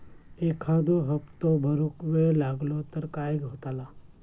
एखादो हप्तो भरुक वेळ लागलो तर काय होतला?